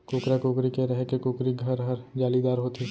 कुकरा, कुकरी के रहें के कुकरी घर हर जालीदार होथे